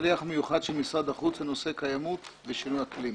אני שליח מיוחד של משרד החוץ לנושא קיימות ושינוי אקלים.